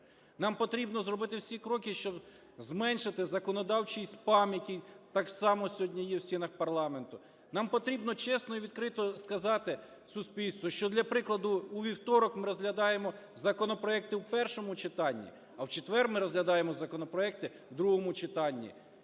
Нам потрібно зробити всі кроки, щоб зменшити законодавчий спам, який там само сьогодні є в стінах парламенту. Нам потрібно чесно і відкрито сказати суспільству, що, для прикладу, у вівторок ми розглядаємо законопроекти в першому читанні, а в четвер ми розглядаємо законопроекти в другому читанні.